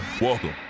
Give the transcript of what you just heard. Welcome